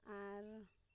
ᱟᱨ